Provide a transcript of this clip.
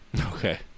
Okay